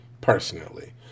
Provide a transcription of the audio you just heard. personally